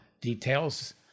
details